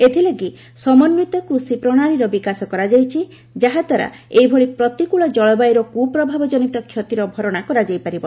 ଏଥିଲାଗି ସମନ୍ଧିତ କୁଷି ପ୍ରଣାଳୀର ବିକାଶ କରାଯାଇଛି ଯାହାଦ୍ୱାରା ଏଭଳି ପ୍ରତିକୃଳ ଜଳବାୟୁର କୁପ୍ରଭାବ ଜନିତ କ୍ଷତିର ଭରଣା କରାଯାଇ ପାରିବ